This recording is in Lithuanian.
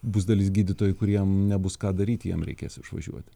bus dalis gydytojų kuriem nebus ką daryt jiem reikės išvažiuoti